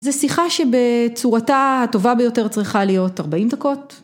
זה שיחה שבצורתה הטובה ביותר צריכה להיות ארבעים דקות.